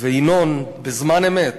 ינון בזמן אמת,